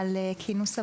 על כינוס הוועדה,